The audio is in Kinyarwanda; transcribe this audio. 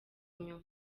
nyuma